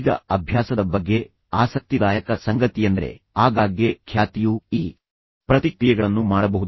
ಈಗ ಅಭ್ಯಾಸದ ಬಗ್ಗೆ ಆಸಕ್ತಿದಾಯಕ ಸಂಗತಿಯೆಂದರೆ ಆಗಾಗ್ಗೆ ಖ್ಯಾತಿಯು ಈ ಪ್ರತಿಕ್ರಿಯೆಗಳನ್ನು ಮಾಡಬಹುದು